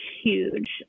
huge